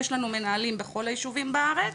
יש לנו מנהלים בכל היישובים בארץ,